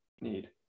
need